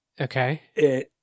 Okay